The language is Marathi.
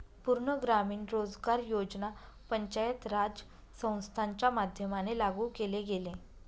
पूर्ण ग्रामीण रोजगार योजना पंचायत राज संस्थांच्या माध्यमाने लागू केले गेले